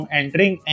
entering